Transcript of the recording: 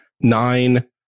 nine